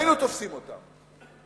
היינו תופסים אותם.